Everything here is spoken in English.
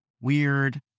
weird